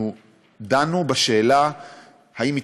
אנחנו דנה בשאלה אם,